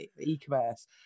e-commerce